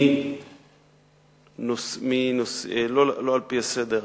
לא על-פי הסדר,